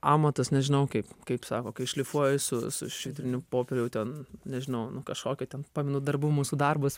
amatas nežinau kaip kaip sako kai šlifuoji su su švitriniu popieriu ten nežinau nu kažkokį ten pamenu darbų mūsų darbus